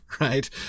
right